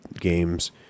games